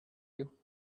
you